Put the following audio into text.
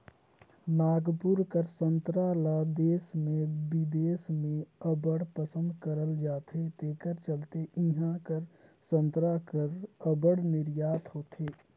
नागपुर कर संतरा ल देस में बिदेस में अब्बड़ पसंद करल जाथे जेकर चलते इहां कर संतरा कर अब्बड़ निरयात होथे